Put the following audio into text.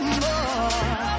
more